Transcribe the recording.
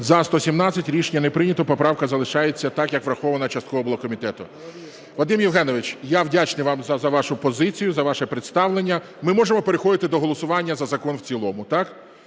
За-117 Рішення не прийнято. Поправка залишається так, як врахована частково була комітетом. Вадим Євгенович, я вдячний вам за вашу позицію, за ваше представлення. Ми можемо переходити до голосування за закон в цілому, так?